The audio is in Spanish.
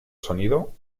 sonido